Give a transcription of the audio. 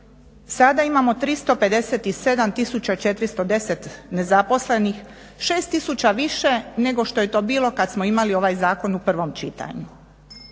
Sad imamo 357 410 nezaposlenih, 6000 više nego što je to bilo kad smo imali ovaj zakon u prvom čitanju